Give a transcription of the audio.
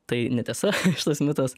tai netiesa šitas mitas